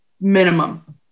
Minimum